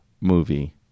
movie